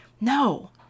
No